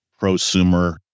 prosumer